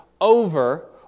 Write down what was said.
over